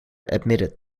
admitted